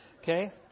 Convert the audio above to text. Okay